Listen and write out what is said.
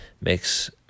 Makes